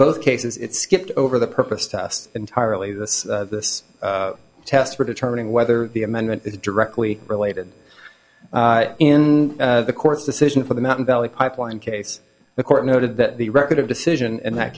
both cases it skipped over the purpose to us entirely this this test for determining whether the amendment is directly related in the court's decision for the mountain valley pipeline case the court noted that the record of decision in that